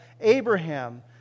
Abraham